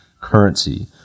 currency